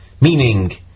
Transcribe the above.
meaning